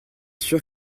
sûr